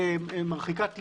מרחיקת לכת.